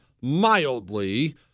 mildly